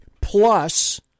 plus